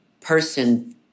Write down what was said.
person